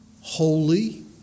Holy